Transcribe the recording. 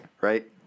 right